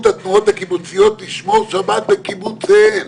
התנועות הקיבוציות לשמור שבת בקיבוציהם,